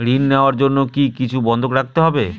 ঋণ নেওয়ার জন্য কি কিছু বন্ধক রাখতে হবে?